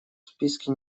списке